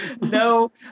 no